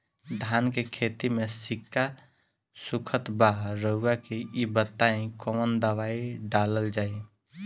धान के खेती में सिक्का सुखत बा रउआ के ई बताईं कवन दवाइ डालल जाई?